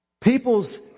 People's